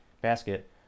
basket